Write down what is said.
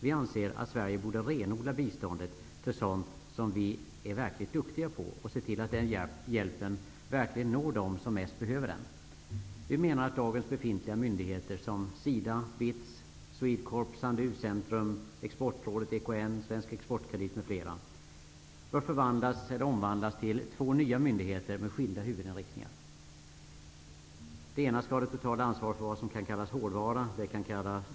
Vi anser att Sverige borde renodla biståndet till sådant som det här landet är verkligt duktig på och se till att den hjälpen verkligen når dem som mest behöver den. Vi menar att dagens befintliga myndigheter som SIDA, BITS, SwedeCorp, Sandö U-centrum, Exportrådet, EKN, Svensk exportkredit m.fl. bör omvandlas till två nya myndigheter med skilda huvudinriktningar. Den ena myndigheten skall ha det totala ansvaret för det som kan kallas för hårdvaran.